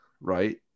right